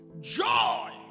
joy